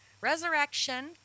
Resurrection